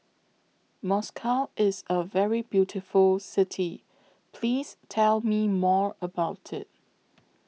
Moscow IS A very beautiful City Please Tell Me More about IT